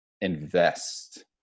Invest